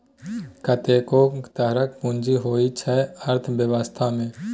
कतेको तरहक पुंजी होइ छै अर्थबेबस्था मे